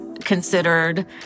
considered